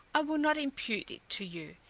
i will not impute it to you,